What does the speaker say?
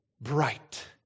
bright